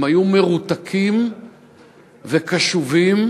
הם היו מרותקים וקשובים